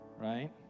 right